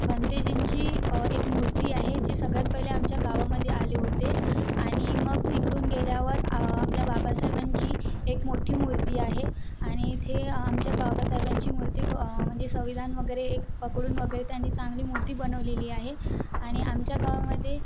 भंतेजींची एक मूर्ती आहे जे सगळ्यात पहिले आमच्या गावामध्ये आले होते आणि मग तिकडून गेल्यावर आपल्या बाबासाहेबांची एक मोठी मूर्ती आहे आणि ते आमच्या बाबासाहेबांची मूर्ती म्हणजे संविधान वगैरे एक पकडून वगैरे त्यांनी चांगली मूर्ती बनवलेली आहे आणि आमच्या गावामध्ये